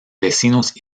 vecinos